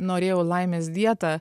norėjau laimės dietą